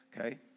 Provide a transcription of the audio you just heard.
okay